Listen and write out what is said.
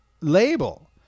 label